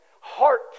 heart